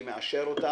תודה, אני מאשר.